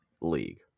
league